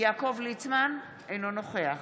יעקב ליצמן, אינו נוכח